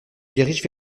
dirige